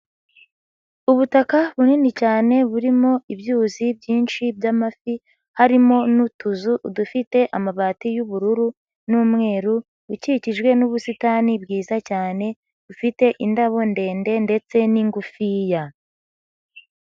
Ubutaka bunini cyane burimo ibyuzi byinshi by'amafi, harimo n'utuzu dufite amabati y'ubururu n'umweru, ukikijwe n'ubusitani bwiza cyane, bufite indabo ndende ndetse n'ingufiya.